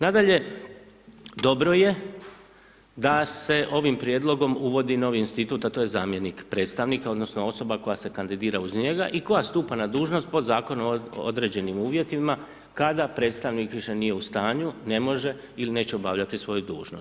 Nadalje, dobro je da se ovim prijedlogom uvodi novi institut, a to je zamjenik predstavnika odnosno osoba koja se kandidira uz njega i koja stupa na dužnost pod zakonom određenim uvjetima, kada predstavnik više nije u stanju, ne može il neće obavljati svoju dužnost.